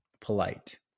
polite